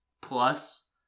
plus